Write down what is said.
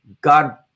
God